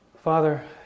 Father